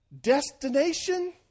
destination